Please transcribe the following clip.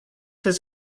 his